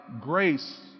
grace